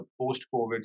post-COVID